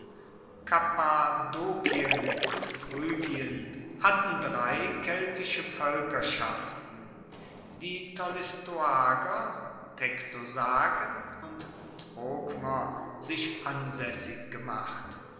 kappadokien und phrygien hatten drei keltische voelkerschaften die tolistoager tectosagen und trocmer sich ansaessig gemacht